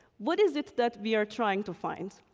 what is it that we are trying to find? so,